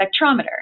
spectrometer